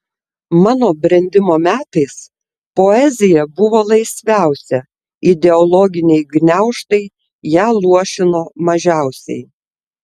mano brendimo metais poezija buvo laisviausia ideologiniai gniaužtai ją luošino mažiausiai